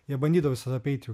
jie bandydavo visada apeiti